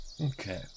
okay